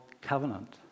covenant